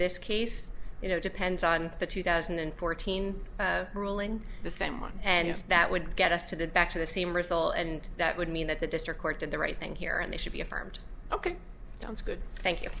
this case you know depends on the two thousand and fourteen rule and the same one and yes that would get us to the back to the same result and that would mean that the district court did the right thing here and they should be affirmed ok sounds good thank you